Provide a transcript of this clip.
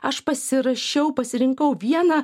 aš pasirašiau pasirinkau vieną